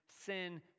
sin